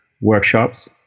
workshops